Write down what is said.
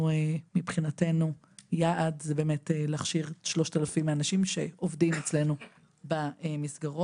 מבחינתנו יעד זה באמת להכשיר 3,000 אנשים שעובדים אצלנו במסגרות.